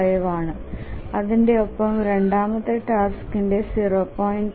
5ആണ് അതിന്ടെ ഒപ്പം രണ്ടാമത്തെ ടാസ്കിന്റെയും 0